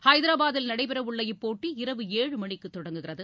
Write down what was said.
ஐதராபாத்தில் நடைபெறவுள்ள இப்போட்டி இரவு ஏழு மணிக்கு தொடங்குகிறது